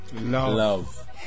love